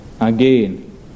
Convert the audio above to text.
again